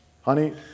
Honey